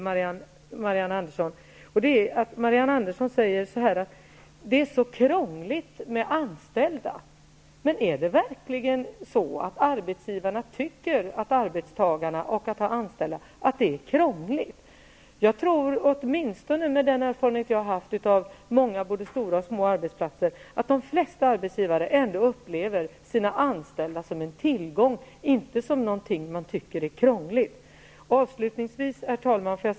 Marianne Andersson sade också att det är krångligt att ha anställda. Men är det verkligen så att arbetsgivarna tycker att det är krångligt att ha anställda? Av mina erfarenheter från både stora och små arbetsplatser tror jag att de flesta arbetsgivare ändå upplever sina anställda som en tillgång, inte som någonting man tycker är krångligt. Herr talman!